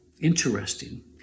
interesting